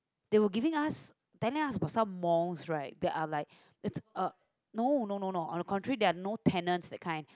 they will giving us tenant are some malls right that are like is uh no no no no our country there are no tenants that kinds